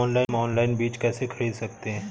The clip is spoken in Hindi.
हम ऑनलाइन बीज कैसे खरीद सकते हैं?